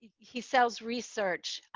he sells research,